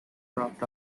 dropped